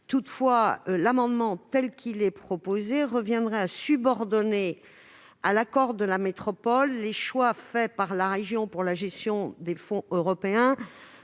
Toutefois, le dispositif proposé reviendrait à subordonner à l'accord de la métropole les choix faits par la région pour la gestion des fonds européens